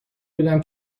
بودم